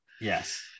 yes